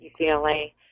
UCLA